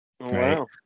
Wow